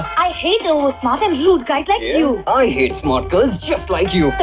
i hate over smart and rude guys like you. i hate smart girls just like you.